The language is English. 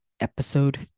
Episode